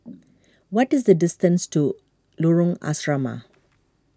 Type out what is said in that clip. what is the distance to Lorong Asrama